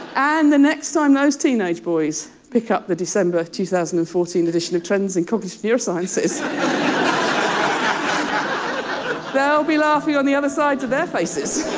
and the next time those teenage boys pick up the december two thousand and fourteen edition of trends in cognitive neurosciences. they'll ah um so be laughing on the other sides of their faces.